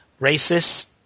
racists